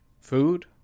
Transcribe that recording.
Food